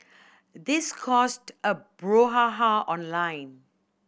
this caused a brouhaha online